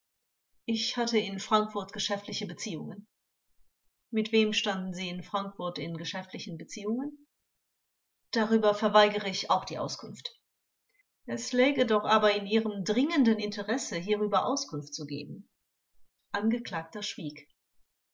ich hatte in frankfurt geschäftliche beziehungen vors mit wem standen sie in frankfurt in geschäftlichen beziehungen angekl darüber verweigere ich auch die auskunft vors es läge doch aber in ihrem dringenden interesse hierüber auskunft zu geben angekl schwieg